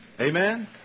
Amen